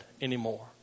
anymore